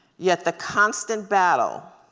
yet, the constant battle,